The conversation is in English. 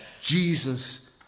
Jesus